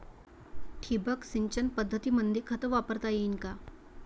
ठिबक सिंचन पद्धतीमंदी खत वापरता येईन का?